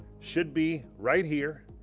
should be right here,